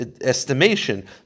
estimation